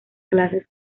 clases